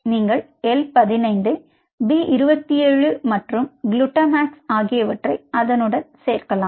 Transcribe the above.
நீங்கள் L 15 I P 27 மற்றும் Glutamax ஆகியவற்றை அத்துடன் சேர்க்கலாம்